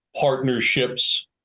Partnerships